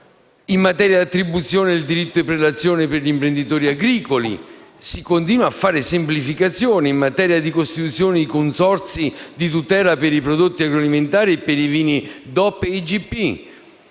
e di attribuzione del diritto di prelazione per gli imprenditori agricoli. Si continua a fare semplificazione in materia di costituzione di consorzi di tutela per i prodotti agroalimentari e i vini DOP e IGP,